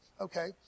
Okay